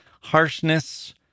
harshness